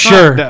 Sure